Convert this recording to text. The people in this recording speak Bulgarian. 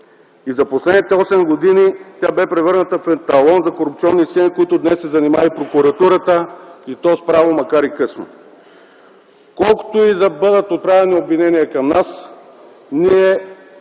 и за последните осем години, тя бе превърната в еталон за корупционни схеми, с които днес се занимава и прокуратурата, и то с право, макар и късно. Колкото и да бъдат отправени обвинения към нас, ние